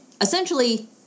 essentially